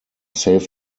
safe